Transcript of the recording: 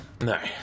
No